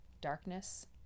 darkness